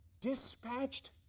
Dispatched